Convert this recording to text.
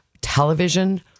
television